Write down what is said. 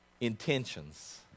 intentions